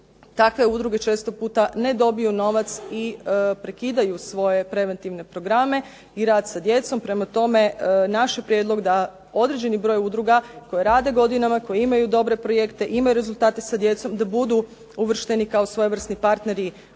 takve udruge često puta ne dobiju novac i prekidaju svoje preventivne programe i rad sa djecom. Prema tome, naš je prijedlog da određeni broj udruga koje rade godinama, koje imaju dobre projekte, imaju rezultate sa djecom da budu uvršteni kao svojevrsni partneri